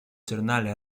giornale